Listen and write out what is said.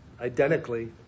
identically